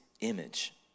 image